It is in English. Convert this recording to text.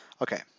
Okay